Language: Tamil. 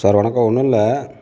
சார் வணக்கம் ஒன்றும் இல்லை